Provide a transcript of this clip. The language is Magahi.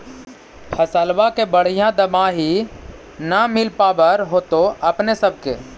फसलबा के बढ़िया दमाहि न मिल पाबर होतो अपने सब के?